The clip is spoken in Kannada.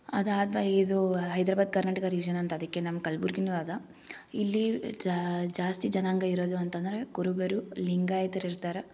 ಅದು ಆದ ಬ ಇದು ಹೈದ್ರಾಬಾದ್ ಕರ್ನಾಟಕ ರಿಜನ್ ಅಂತ ಅದಕ್ಕೆ ನಮ್ಮ ಕಲ್ಬುರ್ಗಿಯೂ ಅದ ಇಲ್ಲಿ ಜಾಸ್ತಿ ಜನಾಂಗ ಇರೋದು ಅಂತಂದರೆ ಕುರುಬರು ಲಿಂಗಾಯಿತ್ರು ಇರ್ತಾರೆ